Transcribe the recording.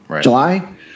July